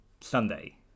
Sunday